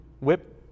whip